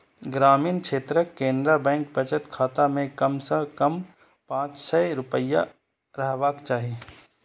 ग्रामीण क्षेत्रक केनरा बैंक बचत खाता मे कम सं कम पांच सय रुपैया रहबाक चाही